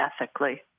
ethically